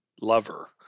lover